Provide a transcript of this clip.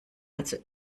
also